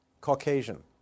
Caucasian